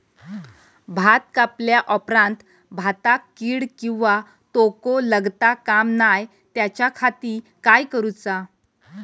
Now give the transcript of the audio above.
भात कापल्या ऑप्रात भाताक कीड किंवा तोको लगता काम नाय त्याच्या खाती काय करुचा?